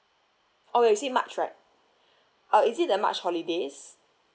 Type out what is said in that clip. oh is it march right uh is it the march holidays